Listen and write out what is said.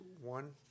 one